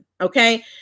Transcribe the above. okay